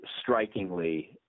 strikingly